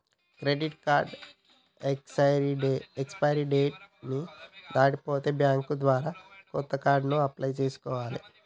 credit card expiry date ని దాటిపోతే bank ద్వారా కొత్త కార్డుకి అప్లై చేసుకోవాలే